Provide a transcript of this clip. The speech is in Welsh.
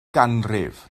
ganrif